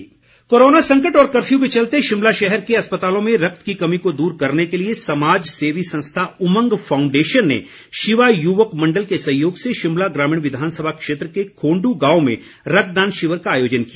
रक्तदान शिविर कोरोना संकट और कर्फ्यू के चलते शिमला शहर के अस्पतालों में रक्त की कमी को दूर करने के लिए समाज सेवी संस्था उमंग फाउंडेशन ने शिवा युवक मण्डल के सहयोग से शिमला ग्रामीण विधानसभा क्षेत्र के खौंड् गांव में रक्तदान शिविर का आयोजन किया